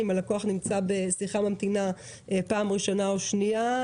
אם הלקוח נמצא בשיחה ממתינה פעם ראשונה או שנייה,